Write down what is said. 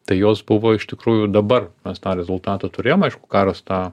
tai jos buvo iš tikrųjų dabar mes tą rezultatą turėjom aišku karas tą